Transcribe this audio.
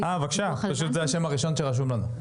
וברק הוא מהיחידה שלי.